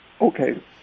Okay